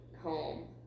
home